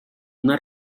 una